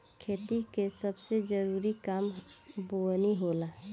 खेती के सबसे जरूरी काम बोअनी होला